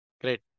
Great